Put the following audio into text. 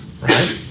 right